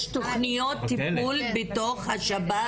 יש תוכניות טיפול בתוך השב"ס.